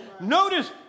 Notice